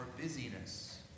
busyness